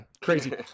crazy